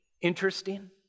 interesting